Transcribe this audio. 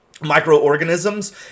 microorganisms